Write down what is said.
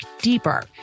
deeper